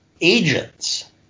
agents